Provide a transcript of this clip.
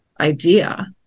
idea